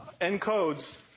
encodes